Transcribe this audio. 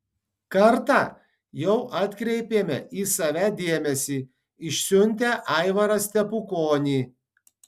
kartą jau atkreipėme į save dėmesį išsiuntę aivarą stepukonį